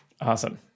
awesome